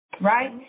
right